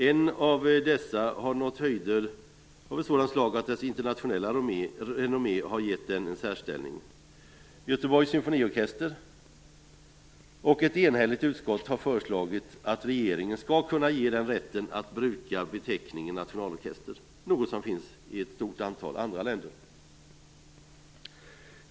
En av dessa har nått höjder av ett sådant slag att dess internationella renommé gett den en särställning, nämligen Göteborgs symfoniorkester. Ett enhälligt utskott föreslår att regeringen skall kunna ge den rätten att bruka beteckningen nationalorkester, något som finns i ett stort antal andra länder.